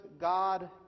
God